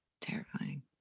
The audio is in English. terrifying